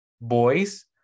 boys